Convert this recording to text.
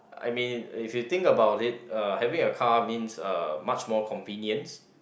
I mean if you think about it uh having a car means uh much more convenience